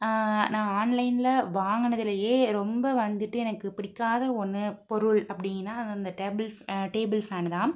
நான் ஆன்லைன்ல வாங்குனதுலையே ரொம்ப வந்துட்டு எனக்கு பிடிக்காத ஒன்று பொருள் அப்படினா அது அந்த டேபிள் டேபுள் ஃபேனுதான்